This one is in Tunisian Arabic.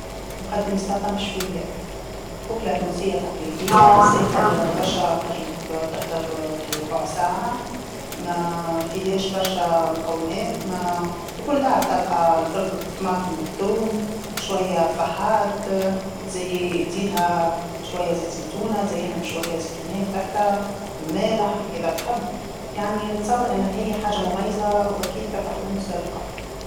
نقدم سلاطه مشويه، أكله تونسيه تقليديه ساهله برشا تنجم ت- تحضر في ربع ساعه، ما فيهاش برشا مكونات، ما- في كل دار تلقى الفلفل والطماطم والثوم، شويه فحات، تزي- تزيدها شوية زيت زيتونه، تزينها بشويه زيتونات هكا، مالح إذا تحب، يعني نتصور أنها هي حاجة مميزه وأكيد تربح في المسابقه.